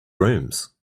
rooms